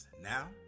Now